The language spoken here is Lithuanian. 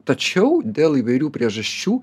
tačiau dėl įvairių priežasčių